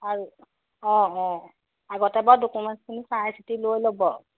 আৰু অঁ অঁ আগতে বাৰু ডকুমেণ্টছখিনি চাই চিতি লৈ ল'ব